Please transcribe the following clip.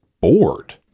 bored